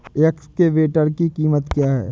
Excavator की कीमत क्या है?